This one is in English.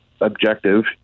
objective